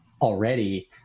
already